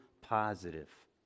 positive